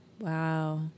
Wow